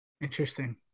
Interesting